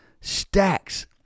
stacks